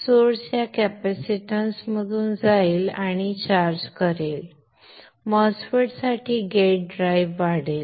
source या कॅपेसिटन्समधून जाईल आणि चार्ज करेल MOSFET साठी गेट ड्राइव्ह वाढेल